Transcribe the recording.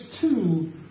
two